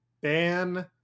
ban